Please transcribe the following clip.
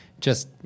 just-